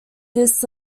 this